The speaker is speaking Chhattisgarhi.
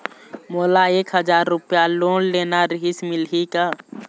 मोला एक हजार रुपया लोन लेना रीहिस, मिलही का?